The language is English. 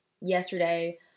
Yesterday